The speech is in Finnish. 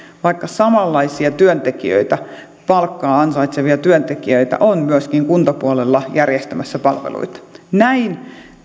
vaikka samanlaisia työntekijöitä palkkaa ansaitsevia työntekijöitä on myöskin kuntapuolella järjestämässä palveluita näin